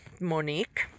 Monique